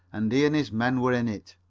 and he and his men were in it.